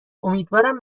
امیدوارم